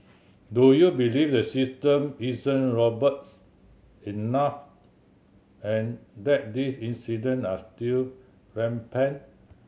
do you believe the system isn't robust enough and that these incident are still rampant